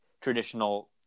traditional